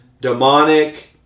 demonic